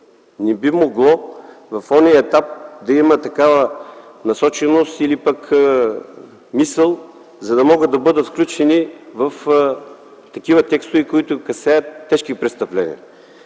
Не би могло в онзи етап да има такава насоченост или пък мисъл, за да могат да бъдат включени в такива текстове, които касаят тежки престъпления.